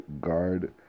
guard